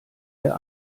der